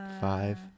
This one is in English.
Five